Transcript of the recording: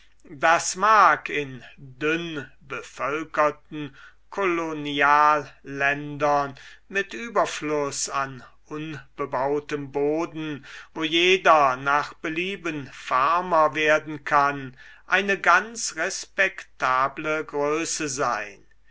das mag in dünn bevölkerten kolonialländern mit überfluß an unbebautem boden wo jeder nach belieben farmer werden kann eine ganz respektable größe sein